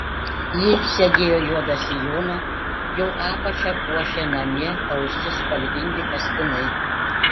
ji segėjo juodą sijoną jo apačią puošė namie austi spalvingi kaspinai